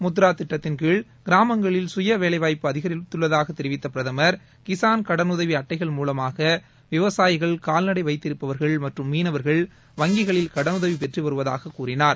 முத்ரா திட்டத்தின் கீழ் கிராமங்களில் சுய வேலைவாய்ப்பு அதிகரித்துள்ளதாக தெரிவித்த பிரதமர் கிசான் கடனுதவி அட்டைகள் மூலமாக விவசாயிகள் கால்நடை வைத்திருப்பவர்கள் மற்றும் மீனவர்கள் வங்கிகளில் கடனுதவி பெற்று வருவதாகக் கூறினார்